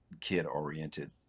kid-oriented